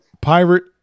Pirate